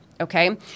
okay